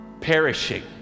perishing